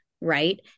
right